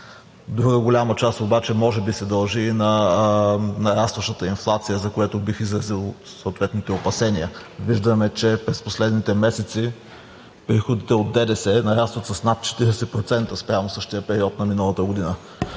Друга голяма част обаче може би се дължи на нарастващата инфлация, за което бих изразил съответните опасения. Виждаме, че през последните месеци приходите от ДДС нарастват с над 40% спрямо същия период на миналата година.